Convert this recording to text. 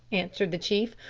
answered the chief.